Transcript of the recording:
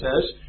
says